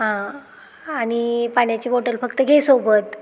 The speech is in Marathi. हां आणि पाण्याची बॉटल फक्त घे सोबत